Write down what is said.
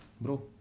bro